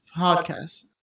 podcast